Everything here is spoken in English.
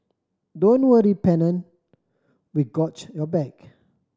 don't worry Pennant we got your back